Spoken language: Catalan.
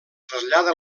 trasllada